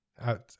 Out